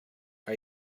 are